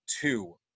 two